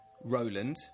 Roland